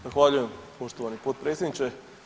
Zahvaljujem se poštovani potpredsjedniče.